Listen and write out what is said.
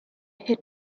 hit